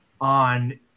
on